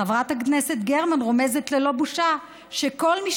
חברת הכנסת גרמן רומזת ללא בושה שכל מי